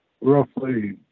roughly